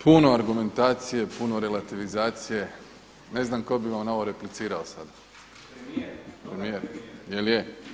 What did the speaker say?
Puno argumentacije, puno relativizacije, ne znam tko bi vam na ovo replicirao sada. … [[Upadica se ne razumije.]] premijer, jel je.